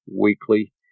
weekly